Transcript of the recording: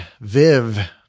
Viv